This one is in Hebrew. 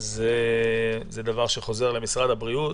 זה דבר שחוזר למשרד הבריאות.